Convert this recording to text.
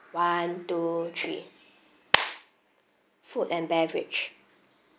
one two three food and beverage